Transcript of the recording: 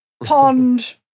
Pond